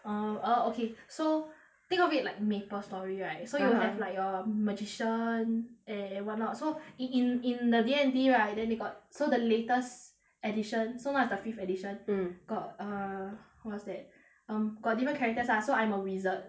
uh err okay so think of it like Maplestory right (uh huh) so you have like your magician and one not so in in in the D and D right then they got so the latest edition so now is the fifth edition mm got uh what's that um got different characters lah so I'm a wizard